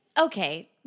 okay